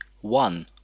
one